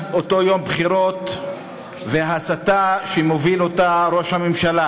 אותו יום בחירות והסתה שמוביל אותה ראש הממשלה.